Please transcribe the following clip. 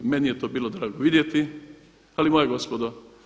I meni je to bilo drago vidjeti, ali moja gospodo.